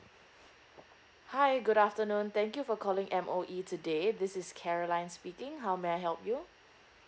hi good afternoon thank you for calling M_O_E today this is caroline speaking how may I help you